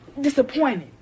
disappointed